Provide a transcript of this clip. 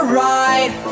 ride